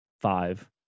five